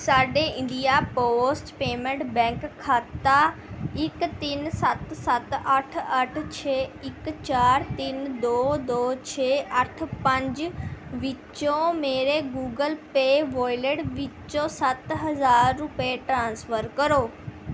ਸਾਡੇ India post payment bank ਖਾਤਾ ਇੱਕ ਤਿੰਨ ਸੱਤ ਸੱਤ ਅੱਠ ਅੱਠ ਛੇ ਇੱਕ ਚਾਰ ਤਿੰਨ ਦੋ ਦੋ ਛੇ ਅੱਠ ਪੰਜ ਵਿੱਚੋਂ ਮੇਰੇ ਗੂਗਲ ਪੇਅ ਵਾਲਟ ਵਿੱਚ ਸੱਤ ਹਜ਼ਾਰ ਰੁਪਏ ਟ੍ਰਾਂਸਫਰ ਕਰੋ